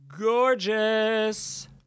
gorgeous